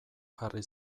jarri